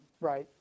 right